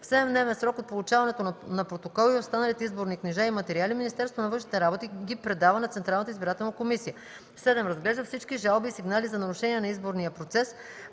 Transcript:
в 7-дневен срок от получаването на протокола и останалите изборни книжа и материали Министерството на външните работи ги предава на Централната избирателна комисия; 7. разглежда всички жалби и сигнали за нарушения на изборния процес,